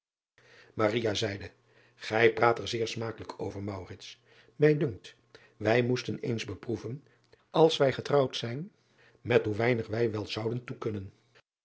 zeide ij praat er zeer smakelijk over ij dunkt wij moesten eens beproeven als wij getrouwd zijn met hoe weinig wij wel zouden toe kunnen